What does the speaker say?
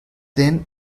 then